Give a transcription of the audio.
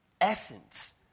essence